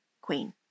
Queen